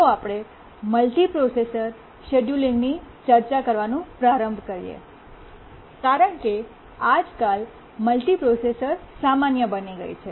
ચાલો આપણે મલ્ટિપ્રોસેસર શેડયુલિંગની ચર્ચા કરવાનું પ્રારંભ કરીએ કારણ કે આજકાલ મલ્ટિપ્રોસેસર સામાન્ય બની ગઈ છે